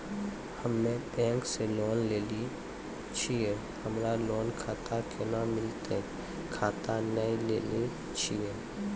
हम्मे बैंक से लोन लेली छियै हमरा लोन खाता कैना मिलतै खाता नैय लैलै छियै?